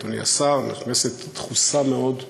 הצעת חוק לתיקון פקודת מס הכנסה (נקודת זיכוי לחייל משוחרר לפי חודשי